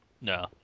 No